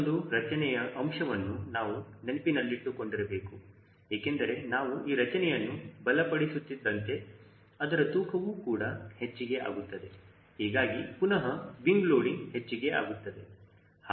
ಈ ಒಂದು ರಚನೆಯ ಅಂಶವನ್ನು ನಾವು ನೆನಪಿನಲ್ಲಿಟ್ಟುಕೊಂಡಿರಬೇಕು ಏಕೆಂದರೆ ನಾವು ಈ ರಚನೆಯನ್ನು ಬಲಪಡಿಸುತ್ತಿದಂತೆ ಅದರ ತೂಕವು ಕೂಡ ಹೆಚ್ಚಿಗೆ ಆಗುತ್ತದೆ ಹೀಗಾಗಿ ಪುನಹ ವಿಂಗ್ ಲೋಡಿಂಗ್ ಹೆಚ್ಚಿಗೆ ಆಗುತ್ತದೆ